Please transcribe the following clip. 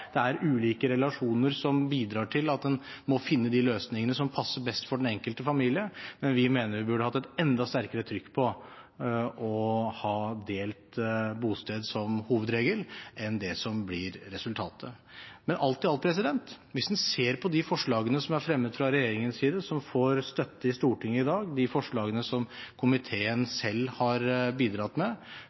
det er ulike relasjoner som bidrar til at en må finne de løsningene som passer best for den enkelte familie, men vi mener at vi burde hatt et enda sterkere trykk på å ha delt bosted som hovedregel, enn det som blir resultatet. Men alt i alt: Hvis en ser på de forslagene som er fremmet fra regjeringens side som får støtte i Stortinget i dag, og de forslagene som komiteen selv har bidratt med,